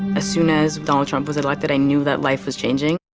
as soon as donald trump was elected, i knew that life was changing.